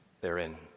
therein